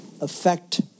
affect